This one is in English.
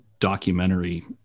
documentary